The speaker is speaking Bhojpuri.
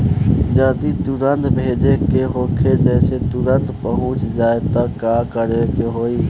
जदि तुरन्त भेजे के होखे जैसे तुरंत पहुँच जाए त का करे के होई?